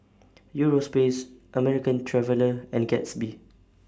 Europace American Traveller and Gatsby